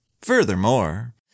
Furthermore